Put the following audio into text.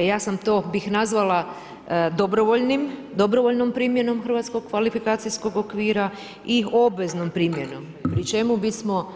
Ja bih to nazvala dobrovoljnim, dobrovoljnom primjenom Hrvatskog kvalifikacijskog okvira i obveznom primjenom pri čemu bismo